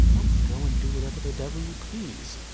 oh, go and do whatever the devil you please.